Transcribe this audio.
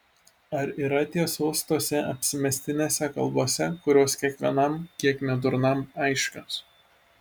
ar yra tiesos tose apsimestinėse kalbose kurios kiekvienam kiek nedurnam aiškios